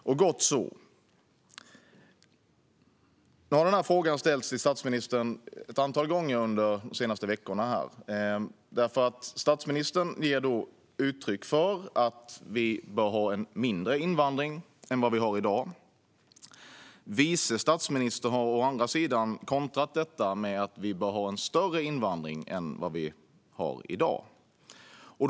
Det är gott så. Nu har frågan ställts till statsministern ett antal gånger under de senaste veckorna. Statsministern ger uttryck för att vi bör ha en mindre invandring än vad vi har i dag. Vice statsministern har å andra sidan kontrat detta med att vi bör ha en större invandring än vad vi har i dag. Fru talman!